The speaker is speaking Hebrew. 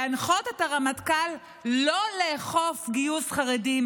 להנחות את הרמטכ"ל לא לאכוף גיוס חרדים